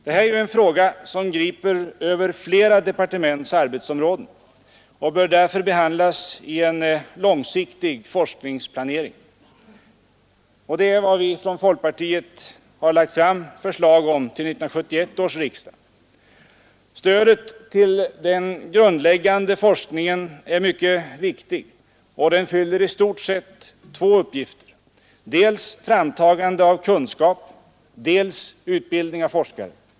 Det här är ju en fråga som griper över flera departements arbetsområden och bör därför behandlas i en långsiktig forskningsplanering, vilket vi från folkpartiet lade fram förslag om till 1971 års riksdag. Stödet till den grundläggande forskningen är mycket viktigt, och det fyller i stort sett två uppgifter: dels framtagande av kunskap, dels utbildning av forskare.